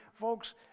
folks